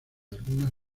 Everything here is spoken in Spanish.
algunas